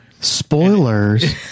Spoilers